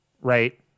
right